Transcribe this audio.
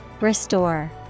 Restore